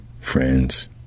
friends